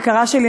יקרה שלי,